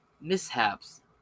mishaps